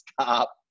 stop